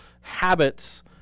habits